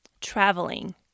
traveling